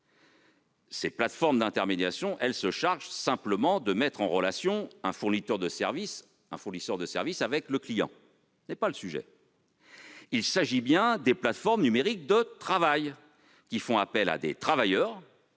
des plateformes d'intermédiation, qui se chargent simplement de mettre en relation un fournisseur de services avec un client. Ce n'est pas le sujet ! Sont bien visées les plateformes numériques de travail, qui font appel à des travailleurs